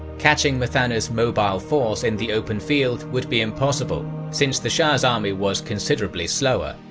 catching muthanna's mobile force in the open field would be impossible, since the shah's army was considerably slower,